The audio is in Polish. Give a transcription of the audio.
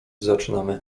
zaczynamy